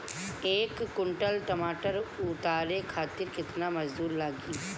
एक कुंटल टमाटर उतारे खातिर केतना मजदूरी लागी?